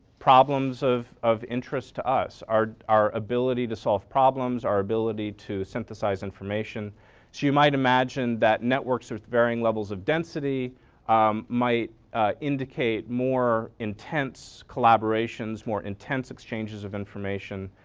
problems of of interest to us, our our ability to solve problems, our ability to synthesize information. so you might imagine that networks with varying levels of density um might indicate more intents collaborations, more intents exchanges of information.